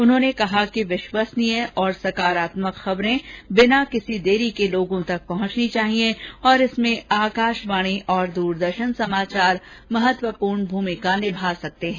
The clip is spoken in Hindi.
उन्होंने कहा कि विश्वसनीय और सकारात्मक खबरें बिना किसी देरी के लोगों तक पहुंचनी चाहिए और इसमें आकाशवाणी और दूरदर्शन समाचार महत्वपूर्ण भूमिका निभा सकते हैं